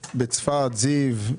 בצפת, זיו,